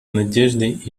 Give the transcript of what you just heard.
надеждой